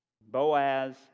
Boaz